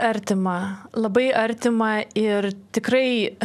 artima labai artima ir tikrai